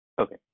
okay